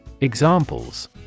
Examples